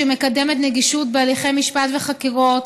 שמקדמת נגישות בהליכי משפט וחקירות,